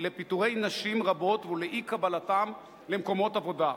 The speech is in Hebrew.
לפיטורי נשים רבות ולאי-קבלתן למקומות עבודה,